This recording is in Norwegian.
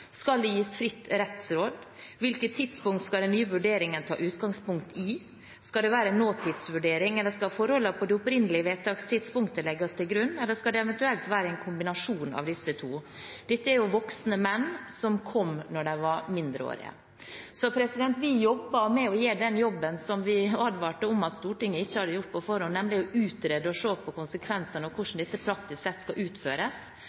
Skal det gis fritt rettsråd? Hvilke tidspunkt skal den nye vurderingen ta utgangspunkt i? Skal det være en nåtidsvurdering, eller skal forholdene på det opprinnelige vedtakstidspunktet legges til grunn, eller skal det eventuelt være en kombinasjon av disse to? Dette er jo voksne menn som kom da de var mindreårige. Vi jobber med å gjøre den jobben som vi advarte om at Stortinget ikke hadde gjort på forhånd, nemlig å utrede og se på konsekvensene av hvordan dette praktisk sett skal utføres,